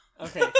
Okay